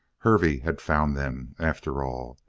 hervey had found them, after all!